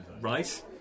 Right